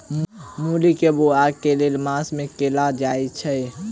मूली केँ बोआई केँ मास मे कैल जाएँ छैय?